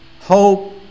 hope